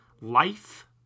Life